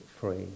free